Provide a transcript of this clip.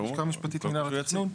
לשכה משפטית של מינהל התכנון.